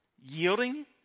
Yielding